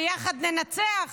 ביחד ננצח,